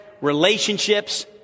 relationships